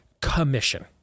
commission